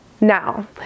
Now